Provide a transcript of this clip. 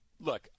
Look